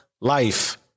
Life